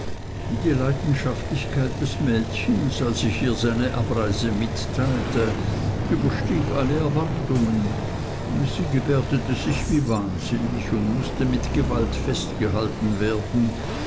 die leidenschaftlichkeit des mädchens als ich ihr seine abreise mitteilte überstieg alle erwartungen sie gebärdete sich wie wahnsinnig und mußte mit gewalt festgehalten werden